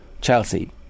Chelsea